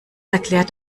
erklärt